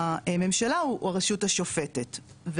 הממשלה, הוא הרשות השופטת.